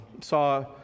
saw